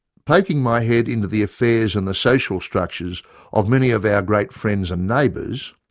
poking my head into the affairs and the social structures of many of our great friends and neighbours,